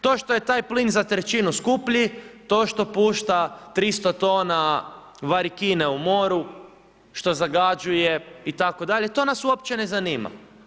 To što je taj plin za trećinu skuplji, to što pušta 300 tona varikine u moru, što zagađuje itd., to nas uopće ne zanima.